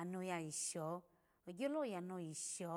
ano yasho ogyolo yano sho